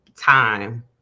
time